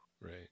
Right